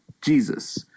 Jesus